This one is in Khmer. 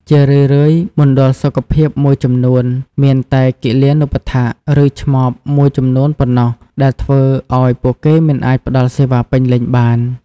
ជារឿយៗ មណ្ឌលសុខភាពមួយចំនួនមានតែគិលានុបដ្ឋាក ឬឆ្មបមួយចំនួនប៉ុណ្ណោះ ដែលធ្វើឱ្យពួកគេមិនអាចផ្តល់សេវាពេញលេញបាន។